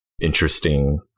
interesting